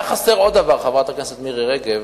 היה חסר עוד דבר, חברת הכנסת מירי רגב,